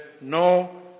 no